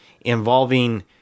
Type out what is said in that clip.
involving